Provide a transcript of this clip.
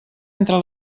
entre